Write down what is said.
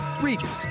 Regions